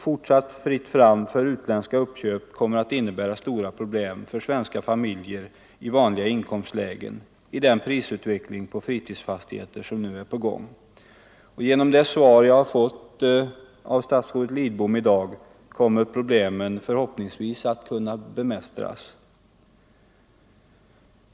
Fortsatt fritt fram för utländska uppköp kommer att innebära stora problem för svenska familjer i vanliga inkomstlägen genom den prisutveckling på fritidsfastigheter som nu pågår. Genom det svar som jag fått av statsrådet Lidbom i dag kommer problemen förhoppningsvis att kunna bemästras.